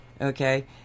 okay